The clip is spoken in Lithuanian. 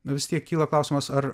nu vis tiek kyla klausimas ar